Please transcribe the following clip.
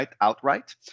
outright